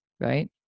right